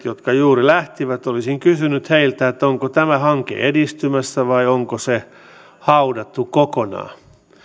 jotka juuri lähtivät olisin kysynyt onko tämä hanke edistymässä vai onko se haudattu kokonaan